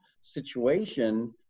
situation